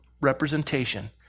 representation